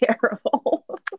terrible